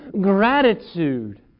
gratitude